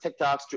TikToks